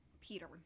Peter